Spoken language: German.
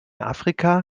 afrika